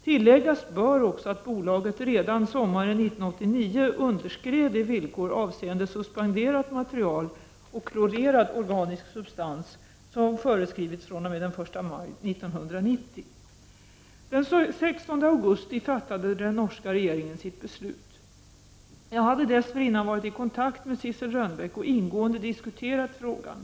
Tilläggas bör också att bolaget redan sommaren 1989 underskred de villkor avseende suspenderat material och klorerad organisk substans som föreskrivits fr.o.m. den 1 maj 1990. Den 16 augusti fattade den norska regeringen sitt beslut. Jag hade dessförinnan varit i kontakt med Sissel Renbeck och ingående diskuterat frågan.